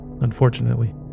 Unfortunately